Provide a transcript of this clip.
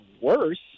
worse